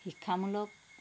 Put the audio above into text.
শিক্ষামূলক